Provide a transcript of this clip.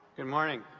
good morning.